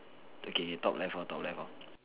okay top left hor top left hor